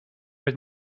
was